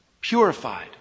purified